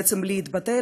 בעצם להתבטא,